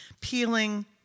peeling